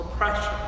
oppression